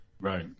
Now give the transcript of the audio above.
Right